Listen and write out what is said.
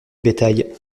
bétail